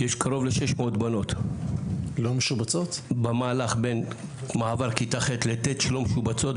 יש קרוב ל- 600 בנות במהלך בין מעבר כיתה ח' ל- ט' שלא משובצות,